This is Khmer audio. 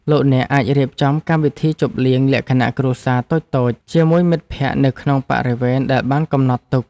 លោកអ្នកអាចរៀបចំកម្មវិធីជប់លៀងលក្ខណៈគ្រួសារតូចៗជាមួយមិត្តភក្តិនៅក្នុងបរិវេណដែលបានកំណត់ទុក។